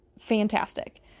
fantastic